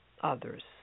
others